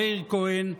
מאיר כהן,